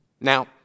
Now